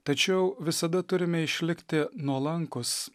tačiau visada turime išlikti nuolankūs